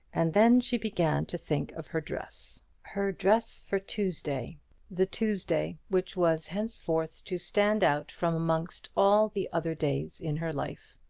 and then she began to think of her dress her dress for tuesday the tuesday which was henceforth to stand out from amongst all the other days in her life.